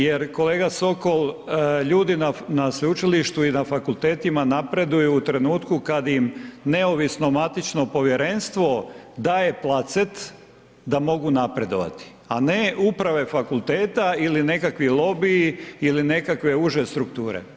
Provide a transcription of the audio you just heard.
Jer kolega Sokol, ljudi na sveučilištima i na fakultetima napreduju, u trenutku kada im neovisno matično povjerenstvo daje placet da mogu napredovati, a ne uprave fakulteta, ili nekakvi lobiji ili nekakve uže strukture.